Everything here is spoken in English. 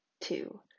two